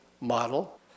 model